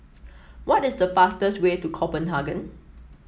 what is the fastest way to Copenhagen